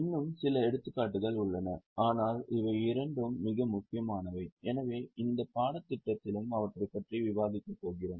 இன்னும் சில எடுத்துக்காட்டுகள் உள்ளன ஆனால் இவை இரண்டும் மிக முக்கியமானவை எனவே இந்த பாடத்திட்டத்திலும் அவற்றைப் பற்றி விவாதிக்கப் போகிறோம்